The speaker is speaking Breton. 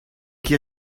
ket